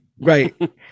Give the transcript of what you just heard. right